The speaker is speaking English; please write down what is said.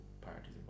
parties